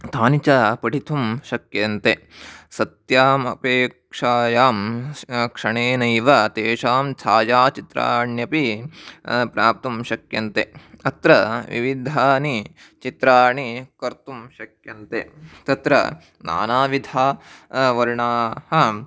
तानि च पठितुं शक्यन्ते सत्यम् अपेक्षायां क्षणेनैव तेषां छायाचित्राण्यपि प्राप्तुं शक्यन्ते अत्र विविधानि चित्राणि कर्तुं शक्यन्ते तत्र नानाविधाः वर्णाः